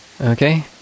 Okay